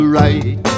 right